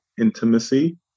intimacy